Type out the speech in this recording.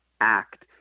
Act